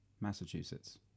Massachusetts